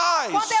eyes